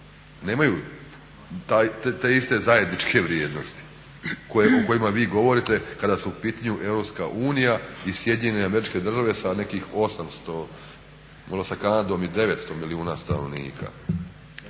nemaju te iste zajedničke vrijednosti o kojima vi govorite kada su u pitanju EU i SAD sa nekih 800 odnosno sa Kanadom i 900 milijuna stanovnika?